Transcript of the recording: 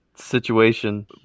situation